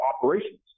operations